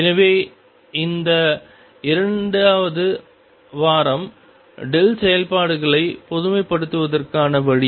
எனவே இந்த 2 வது வாரம் செயல்பாடுகளை பொதுமைப்படுத்துவதற்கான வழி